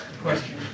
question